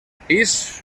pis